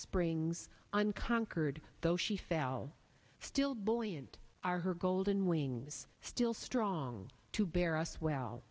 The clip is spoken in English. springs on conquered though she fell still buoyant are her golden wings still strong to bear us well